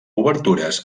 obertures